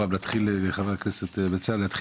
חבר הכנסת בצלאל,